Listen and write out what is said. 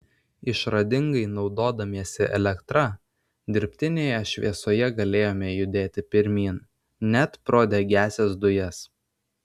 išradingai naudodamiesi elektra dirbtinėje šviesoje galėjome judėti pirmyn net pro degiąsias dujas